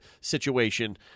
situation